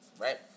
right